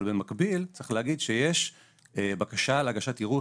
אבל במקביל צריך להגיד שיש בקשה להגשת ערעור,